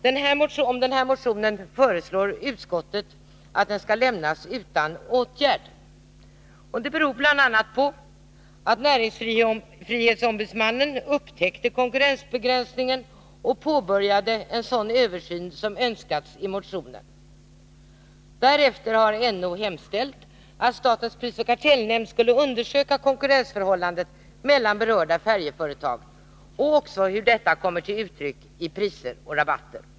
Den nu nämnda motionen föreslår utskottet skall lämnas utan åtgärd. Det beror bl.a. på att näringsfrihetsombudsmannen upptäckte konkurrensbegränsningen och påbörjade en sådan översyn som önskats i motionen. Därefter har NO hemställt att statens prisoch kartellnämnd skulle undersöka konkurrensförhållandet mellan berörda färjeföretag och hur detta kommer till uttryck i priser och rabatter.